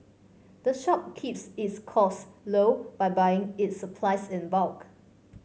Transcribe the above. the shop keeps its costs low by buying its supplies in bulk